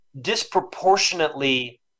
disproportionately